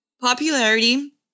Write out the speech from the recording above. popularity